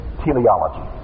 teleology